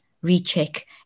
recheck